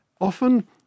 often